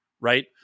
right